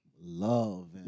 Love